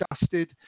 dusted